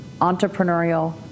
entrepreneurial